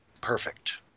Perfect